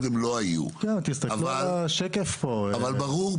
אבל תסתכל על השקף של הגורמים.